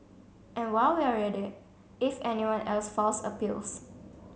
and while we're at it if anyone else files appeals